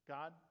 God